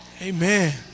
Amen